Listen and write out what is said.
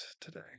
today